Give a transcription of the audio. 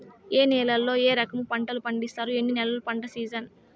ఏ నేలల్లో ఏ రకము పంటలు పండిస్తారు, ఎన్ని నెలలు పంట సిజన్?